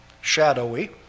shadowy